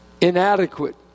inadequate